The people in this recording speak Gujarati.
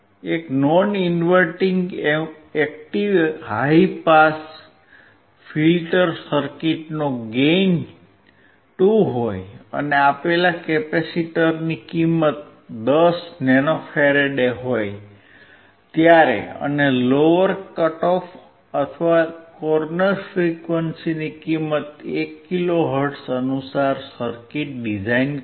એક non inverting active high pass filter સર્કિટનો ગેઇન 2 હોય અને આપેલા કેપેસીટંસની કિંમત 10nF હોય ત્યારે અને લોઅર કટ ઓફ અથવા કોર્નર ફ્રીક્વંસીની કિંમત 1kHz અનુસાર સરકીટ ડીઝાઇન કરો